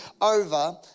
over